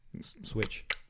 Switch